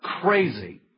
crazy